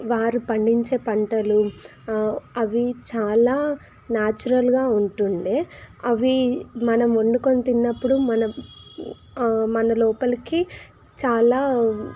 వారు పండించే పంటలు అవి చాలా న్యాచురల్గా ఉంటు ఉండే అవి మనం వండుకొని తిన్నప్పుడు మనం మన లోపలికి చాలా